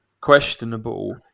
questionable